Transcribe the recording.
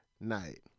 night